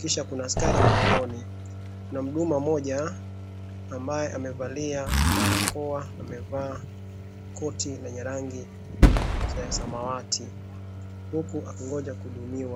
kisha kuna askari mlangoni,. Kuna mhuduma mmoja ambaye amevalia barakoa, amevaa koti lenye rangi ya samawati huku akingoja kuhudumiwa.